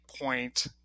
point